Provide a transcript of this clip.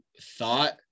thought